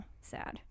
Sad